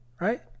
right